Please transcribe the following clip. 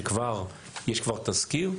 יש כבר תזכיר,